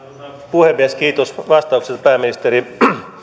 puhemies kiitos vastauksesta pääministeri